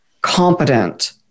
competent